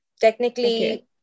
technically